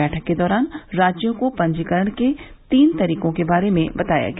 बैठक के दौरान राज्यों को पंजीकरण के तीन तरीकों के बारे में बताया गया